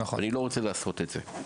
אני לא רוצה לעשות את זה.